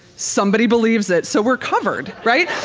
somebody believes it. so we're covered, right?